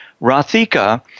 Rathika